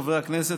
חברי הכנסת,